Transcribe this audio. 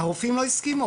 הרופאים לא הסכימו,